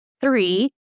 three